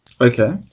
Okay